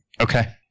Okay